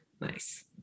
Nice